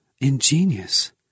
Ingenious